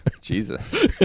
Jesus